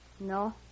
No